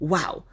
Wow